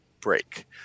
break